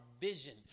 vision